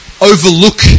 overlook